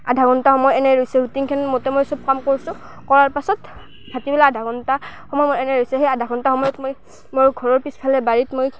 আধাঘন্টা সময় এনেই ৰৈছোঁ ৰুটিনখন মতে মই চব কাম কৰিছোঁ কৰাৰ পাছত ভাটিবেলা আধাঘন্টা সময় মোৰ এনেই ৰৈছে সেই আধাঘন্টা সময়ত মই মোৰ ঘৰৰ পিছফালে বাৰীত মই